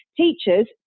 Teachers